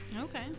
Okay